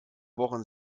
wochen